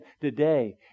today